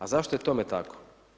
A zašto je tome tako?